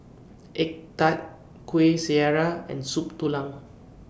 Egg Tart Kuih Syara and Soup Tulang